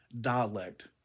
dialect